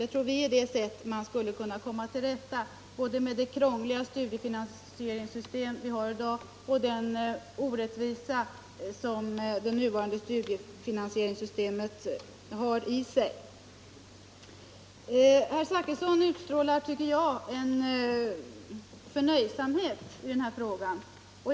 Vi tror att man med ett sådant system skulle kunna komma till rätta både med det krångliga studiefinansieringssystem vi har i dag och med den orättvisa detta system medför. Herr Zachrisson utstrålar en förnöjsamhet när det gäller denna fråga.